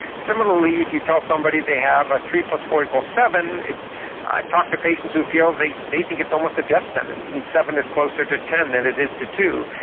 similarly if you tell somebody they have a three plus four equals seven, i've talked to patients who feel they they think it's almost a death sentence and seven is closer to ten that it is to two,